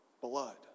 blood